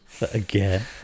Again